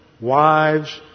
wives